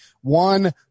one